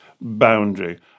boundary